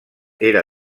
era